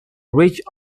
ridge